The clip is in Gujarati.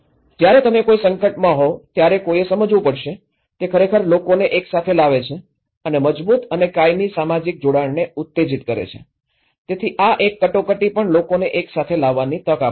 જ્યારે તમે કોઈ સંકટમાં હોવ ત્યારે કોઈએ સમજવું પડશે તે ખરેખર લોકોને એકસાથે લાવે છે અને મજબૂત અને કાયમી સામાજિક જોડાણને ઉત્તેજિત કરે છે તેથી આ એક કટોકટી પણ લોકોને એકસાથે લાવવાની તક આપે છે